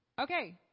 okay